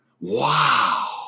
Wow